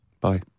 Bye